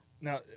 Now